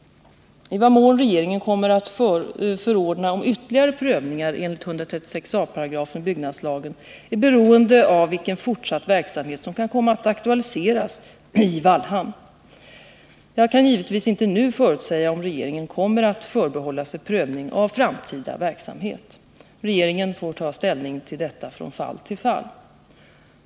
I vad mån regeringen kommer att förordna om ytterligare prövningar enligt 136 a § BL är beroende av vilken fortsatt verksamhet som kan komma att aktualiseras i Vallhamn. Jag kan givetvis inte nu förutsäga om regeringen kommer att förbehålla sig prövning av framtida verksamhet. Regeringen får ta ställning till detta från fall till fall.